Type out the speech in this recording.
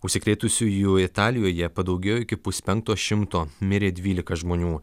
užsikrėtusiųjų italijoje padaugėjo iki puspenkto šimto mirė dvylika žmonių